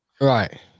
Right